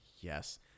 yes